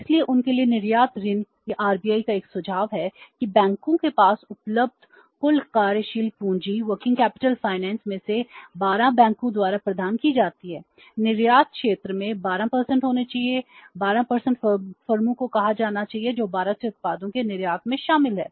इसलिए उनके लिए निर्यात ऋण यह RBI का एक सुझाव है कि बैंकों के पास उपलब्ध कुल कार्यशील पूंजी वित्त में से 12 बैंकों द्वारा प्रदान की जाती हैं निर्यात क्षेत्र में 12 होना चाहिए 12 फर्मों को कहा जाना चाहिए जो भारत से उत्पादों के निर्यात में शामिल हैं